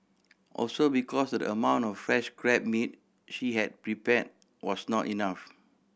also because the amount of fresh crab meat she had prepared was not enough